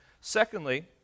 Secondly